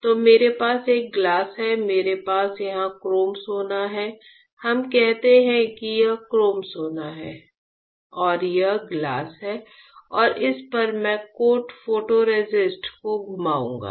तो मेरे पास एक गिलास है मेरे पास यहां क्रोम सोना है हम कहते हैं कि यह क्रोम सोना है यह मेरा गिलास है इस पर मैं कोट फोटोरेसिस्ट को घुमाऊंगा